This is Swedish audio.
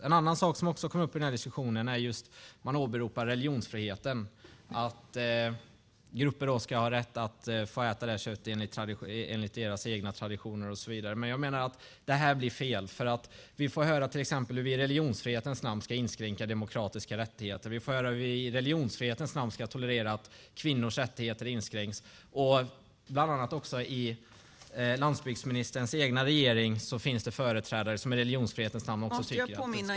En annan sak som också kommer upp i diskussionen är att man åberopar religionsfriheten, att grupper ska få rätt att äta köttet enligt deras egna traditioner. Jag menar att det blir fel. Vi får höra att vi i religionsfrihetens namn ska inskränka demokratiska rättigheter. Vi får höra att vi i religionsfrihetens namn ska tolerera att kvinnors rättigheter inskränks. Bland annat i landsbygdsministerns egen regering finns företrädare som i religionsfrihetens namn.